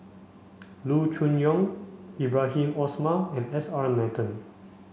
Loo Choon Yong Ibrahim Omar and S R Nathan